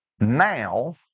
now